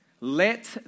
let